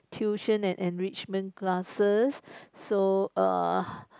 tuition and enrichment classes so uh